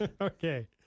Okay